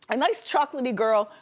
and nice chocolatey girl,